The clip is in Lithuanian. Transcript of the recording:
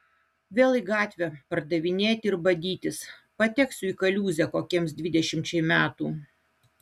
vėl į gatvę pardavinėti ir badytis pateksiu į kaliūzę kokiems dvidešimčiai metų